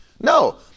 no